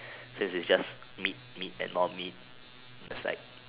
since it's just meat meat and more meat and that's like